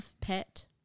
pet